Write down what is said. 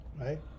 right